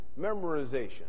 memorization